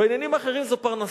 בעניינים אחרים זו פרנסה,